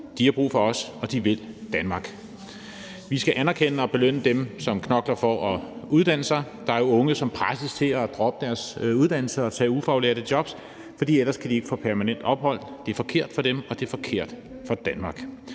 de har brug for os, og de vil Danmark. Vi skal anerkende og belønne dem, som knokler for at uddanne sig. Der er unge, som presses til at droppe deres uddannelse og tage ufaglærte jobs, fordi de ellers ikke kan få permanent ophold. Det er forkert for dem, og det er forkert for Danmark.